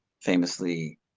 famously